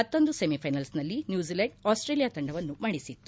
ಮತ್ತೊಂದು ಸೆಮಿ ಫೈನಲ್ನಲ್ಲಿ England Australia ತಂಡವನ್ನು ಮಣಿಸಿತ್ತು